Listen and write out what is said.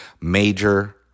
major